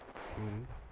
mmhmm